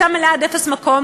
היא הייתה מלאה עד אפס מקום,